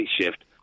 shift